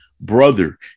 Brother